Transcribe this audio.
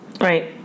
Right